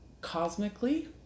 cosmically